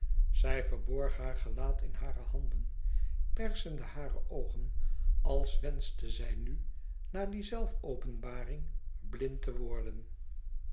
zij verborg haar gelaat in hare handen persende hare oogen als wenschte zij nu na die zelfopenbaring blind te worden